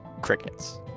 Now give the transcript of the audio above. Crickets